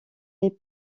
les